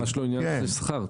ממש לא בנושא השכר.